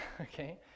Okay